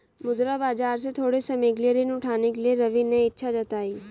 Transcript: मुद्रा बाजार से थोड़े समय के लिए ऋण उठाने के लिए रवि ने इच्छा जताई